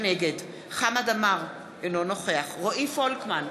נגד חמד עמאר, אינו נוכח רועי פולקמן,